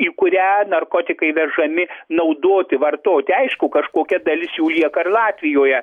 į kurią narkotikai vežami naudoti vartoti aišku kažkokia dalis jų lieka ir latvijoje